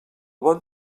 bon